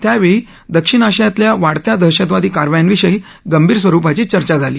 त्यावेळी दक्षिण आशियातल्या वाढत्या दहशतवादी कारवायांविषयी गंभीर स्वरुपाची चर्चा झाली